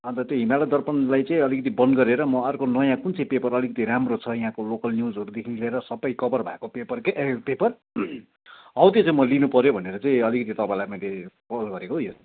अन्त त्यो हिमालय दर्पणलाई चाहिँ अलिकति बन्द गरेर म अर्को नयाँ कुन चाहिँ पेपर अलिकति राम्रो छ यहाँको लोकल न्युजहरूदेखि लिएर सबै कभर भएको पेपर के पेपर हौ त्यो चाहिँ म लिनुपऱ्यो भनेर चाहिँ अलिकति तपाईँलाई मैले फोन गरेको हौ यो